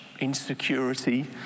insecurity